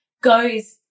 goes